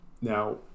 Now